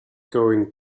going